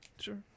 Sure